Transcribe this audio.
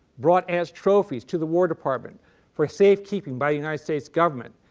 brought as trophies to the war department for safe keeping by united states government,